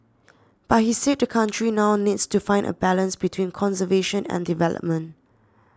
but he said the country now needs to find a balance between conservation and development